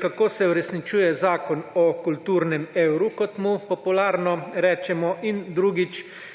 Kako se uresničuje zakon o kulturnem evru, kot mu popularno rečemo? V kateri